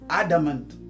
adamant